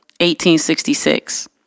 1866